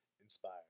inspired